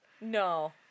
No